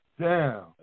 down